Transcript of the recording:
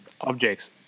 Objects